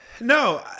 No